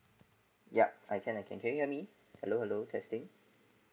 ya I can I can can you hear me hello hello testing